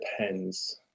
depends